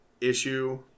issue